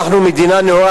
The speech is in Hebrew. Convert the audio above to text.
אנחנו מדינה נאורה.